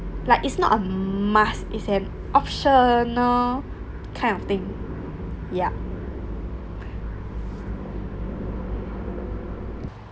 like it's not a must is an optional kind of thing ya